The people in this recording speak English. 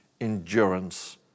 endurance